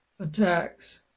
Attacks